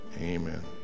Amen